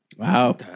wow